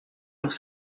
los